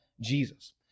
Jesus